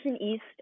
east